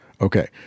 Okay